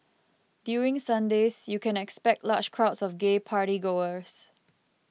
during Sundays you can expect large crowds of gay party goers